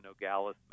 Nogales